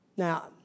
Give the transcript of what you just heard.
Now